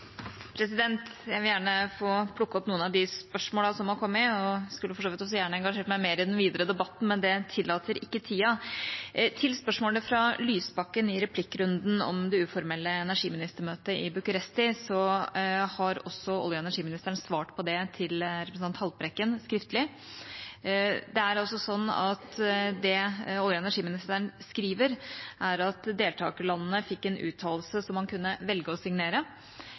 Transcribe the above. Jeg vil gjerne få plukke opp noen av de spørsmålene som har kommet, og jeg skulle for så vidt gjerne engasjert meg mer i den videre debatten, men det tillater ikke tida. Når det gjelder spørsmålet fra Lysbakken i replikkrunden om det uformelle energiministermøtet i Bucuresti, har også olje- og energiministeren svart på det til representanten Haltbrekken skriftlig. Det olje- og energiministeren skriver, er at deltakerlandene fikk en uttalelse som man kunne velge å signere: